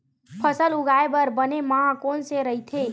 फसल उगाये बर बने माह कोन से राइथे?